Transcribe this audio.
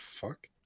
fuck